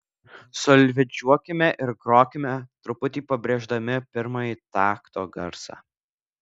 solfedžiuokime ir grokime truputį pabrėždami pirmąjį takto garsą